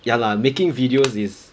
ya lah making videos is